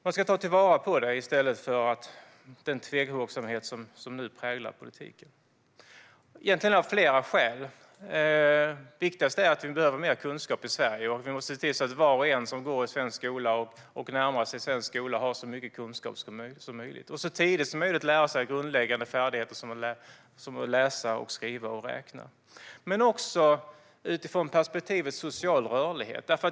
Man ska ta vara på den i stället för att visa upp den tvehågsenhet som nu präglar politiken - egentligen av flera skäl. Det viktigaste är att vi behöver mer kunskap i Sverige. Vi måste se till att var och en som går i svensk skola och närmar sig svensk skola har så mycket kunskap som möjligt och så tidigt som möjligt får lära sig grundläggande färdigheter som att läsa, skriva och räkna. Det handlar också om perspektivet social rörlighet.